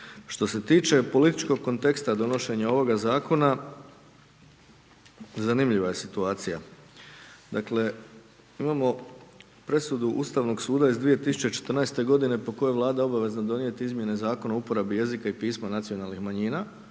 Što se tiče političkog konteksta donošenja ovoga Zakona, zanimljiva je situacija. Dakle, imamo presudu Ustavnog suda iz 2014. godine po kojoj je Vlada obavezna donijeti izmjene Zakona o uporabi jezika i pisma nacionalnih manjina,